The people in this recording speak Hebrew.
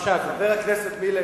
חבר הכנסת מילר,